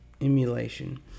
emulation